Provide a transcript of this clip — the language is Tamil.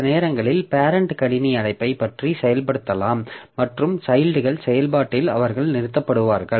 சில நேரங்களில் பேரெண்ட் கணினி அழைப்பைப் பற்றி செயல்படுத்தலாம் மற்றும் சைல்ட்கள் செயல்பாட்டில் அவர்கள் நிறுத்தப்படுவார்கள்